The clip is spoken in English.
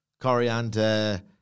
Coriander